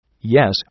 Yes